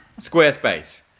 Squarespace